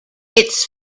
its